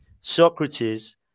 Socrates